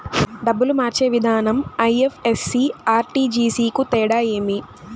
డబ్బులు మార్చే విధానం ఐ.ఎఫ్.ఎస్.సి, ఆర్.టి.జి.ఎస్ కు తేడా ఏమి?